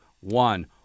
one